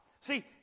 See